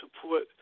support